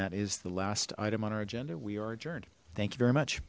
that is the last item on our agenda we are adjourned thank you very much